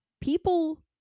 people